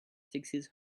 fixes